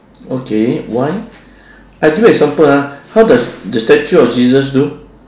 okay why I give you example ah how does the statue of jesus do